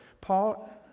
Paul